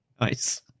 Nice